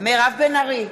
מירב בן ארי,